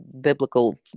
biblical